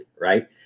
right